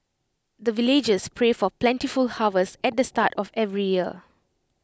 the villagers pray for plentiful harvest at the start of every year